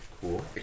Cool